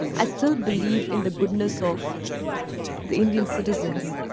i still believe in the goodness of the indian citizens,